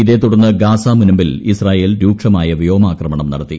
ഇതേതുടർന്ന് ഗാസാ മുനമ്പിൽ ഇസ്രയേൽ രൂക്ഷമായ വ്യോമാക്രമണം നടത്തി